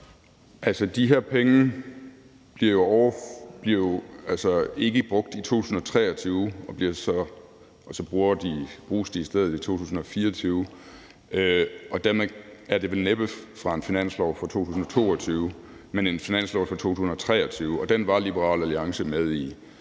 De her penge blev jo ikke brugt i 2023, og så bruges de i stedet i 2024, og dermed er det vel næppe fra en finanslov for 2022, men en finanslov for 2023, og den var Liberal Alliance med i.